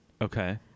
Okay